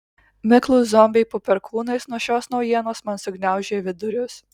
miklūs zombiai po perkūnais nuo šios naujienos man sugniaužė vidurius